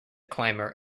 climber